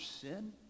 sin